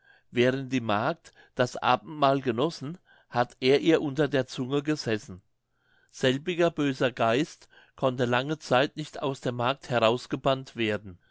während die magd das abendmahl genossen habe er ihr unter der zungen gesessen selbiger böser geist konnte lange zeit nicht aus der magd herausgebannt werden